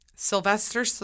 Sylvester